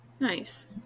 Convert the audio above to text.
Nice